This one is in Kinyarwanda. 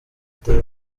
day